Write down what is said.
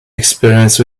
experience